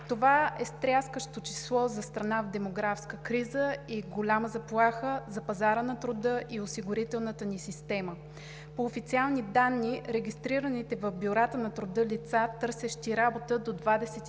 Това е стряскащо число за страна в демографска криза и голяма заплаха за пазара на труда и осигурителната ни система. По официални данни регистрираните в бюрата по труда лица, търсещи работа, до 29